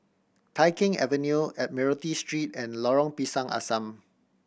Tai Keng Avenue Admiralty Street and Lorong Pisang Asam